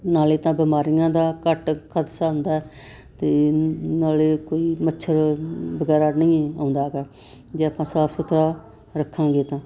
ਨਾਲੇ ਤਾਂ ਬਿਮਾਰੀਆਂ ਦਾ ਘੱਟ ਖਦਸਾ ਹੁੰਦਾ ਅਤੇ ਨਾਲੇ ਕੋਈ ਮੱਛਰ ਵਗੈਰਾ ਨਹੀਂ ਆਉਂਦਾ ਹੈਗਾ ਜੇ ਆਪਾਂ ਸਾਫ ਸੁਥਰਾ ਰੱਖਾਂਗੇ ਤਾਂ